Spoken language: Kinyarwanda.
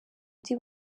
ndi